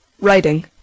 writing